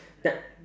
black